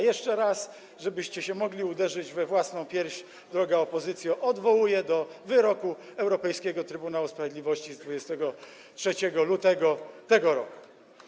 Jeszcze raz, żebyście się mogli uderzyć we własną pierś, droga opozycjo, odwołuję się do wyroku Europejskiego Trybunału Sprawiedliwości z 23 lutego tego roku.